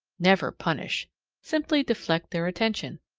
never punish simply deflect their attention.